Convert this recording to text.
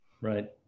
Right